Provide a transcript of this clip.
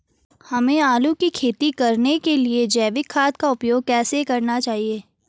हमें आलू की खेती करने के लिए जैविक खाद का उपयोग कैसे करना चाहिए?